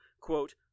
quote